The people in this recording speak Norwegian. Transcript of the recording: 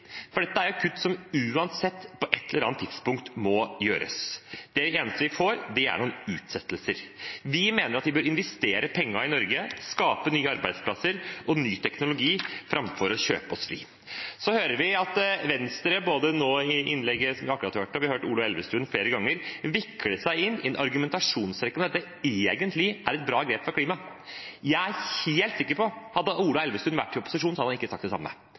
for dette er kutt som uansett på et eller annet tidspunkt må gjøres. Det eneste vi får, er noen utsettelser. Vi mener at vi bør investere pengene i Norge, skape nye arbeidsplasser og ny teknologi framfor å kjøpe oss fri. Så hører vi Venstre, både i innlegget som vi akkurat nå hørte, og vi har hørt Ola Elvestuen flere ganger, vikle seg inn i en argumentasjonsrekke om at dette egentlig er et bra grep for klimaet. Jeg er helt sikker på at hadde Ola Elvestuen vært i opposisjon, hadde han ikke sagt det samme.